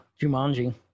jumanji